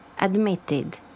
admitted